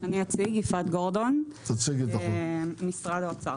אני אציג, ממשרד האוצר.